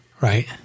Right